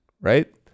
Right